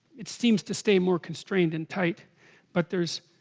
it seems to stay more constrained and tight but there's